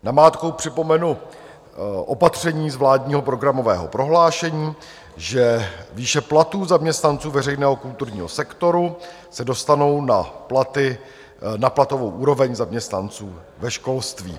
Namátkou připomenu opatření z vládního programového prohlášení, že výše platů zaměstnanců veřejného kulturního sektoru se dostanou na platy, na platovou úroveň zaměstnanců ve školství.